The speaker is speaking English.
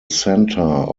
centre